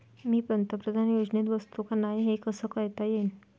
मी पंतप्रधान योजनेत बसतो का नाय, हे कस पायता येईन?